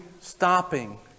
stopping